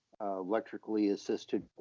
electrically-assisted